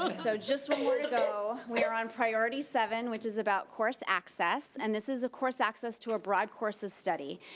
so just one more to go. we are on priority seven, which is about course access, and this is course access to a broad course of study,